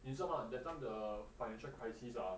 你知道吗 that time the financial crisis